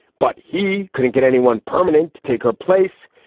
but he couldn't get anyone permanent to take her place.